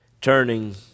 turning